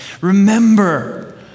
Remember